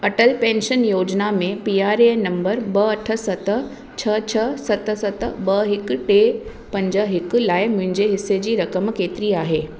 Atal pension योजना में P R A N number ॿ अठ सत छह छह सत सत ॿ हिकु टे पंज हिक लाइ मुंहिंजे हिसे जी रक़म केतिरी आहे